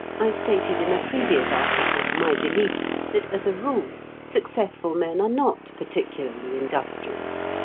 i stated in a previous article my belief that as a rule successful men are not particularly industrious.